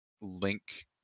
link